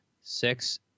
six